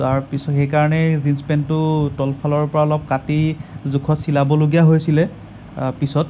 তাৰপিছত সেইকাৰণে জীন্স পেণ্টটো তলফালৰপৰা অলপ কাটি জোখত চিলাবলগীয়া হৈছিলে পিছত